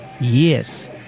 yes